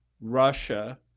Russia